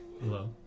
Hello